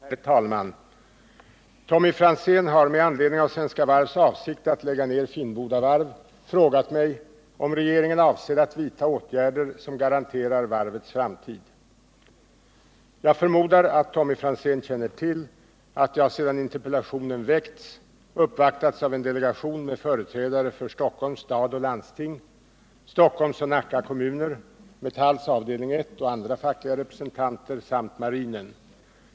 Herr talman! Tommy Franzén har med anledning av Svenska Varvs avsikt att lägga ned Finnboda varv frågat mig om regeringen avser att vidtaga åtgärder som garanterar varvets framtid. Jag förmodar att Tommy Franzén känner till att jag sedan interpellationen framställts uppvaktats av en delegation med företrädare för Stockholms län och landsting, Stockholms och Nacka kommuner, Metalls avdelning 1 och andra fackliga representanter samt marinen.